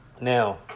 Now